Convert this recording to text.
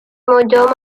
mojo